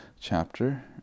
chapter